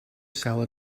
salad